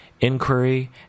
inquiry